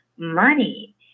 money